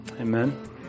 Amen